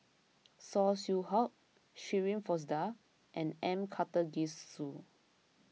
Saw Swee Hock Shirin Fozdar and M Karthigesu